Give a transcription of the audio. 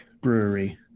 brewery